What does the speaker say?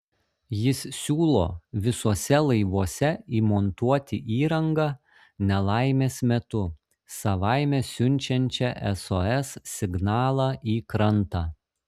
jis siūlo visuose laivuose įmontuoti įrangą nelaimės metu savaime siunčiančią sos signalą į krantą